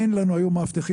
אין לנו היום מאבטחים.